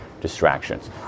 distractions